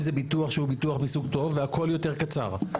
אם זה ביטוח שהוא ביטוח מסוג טוב והכל יותר קצר.